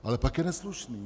Ale pak je neslušný.